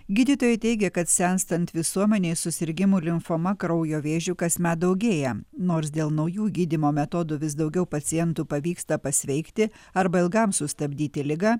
gydytojai teigia kad senstant visuomenei susirgimų limfoma kraujo vėžiu kasmet daugėja nors dėl naujų gydymo metodų vis daugiau pacientų pavyksta pasveikti arba ilgam sustabdyti ligą